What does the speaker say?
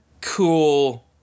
Cool